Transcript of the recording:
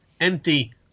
empty